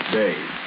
days